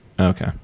Okay